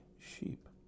sheep